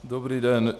Dobrý den.